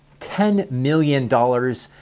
ten million dollars